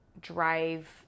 drive